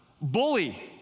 bully